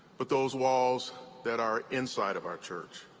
but those walls that are inside of our church.